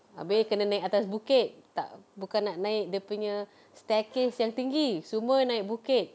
habis you kena naik atas bukit tak bukan nak naik dia punya staircase yang tinggi semua naik bukit